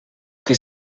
que